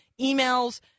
emails